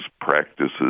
practices